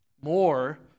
more